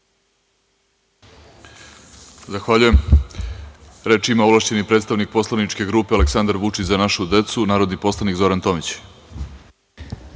Zahvaljujem. Reč ima ovlašćeni predstavnik poslaničke grupe Aleksandar Vučić – Za našu decu, narodni poslanik Zoran Tomić.